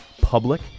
public